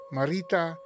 Marita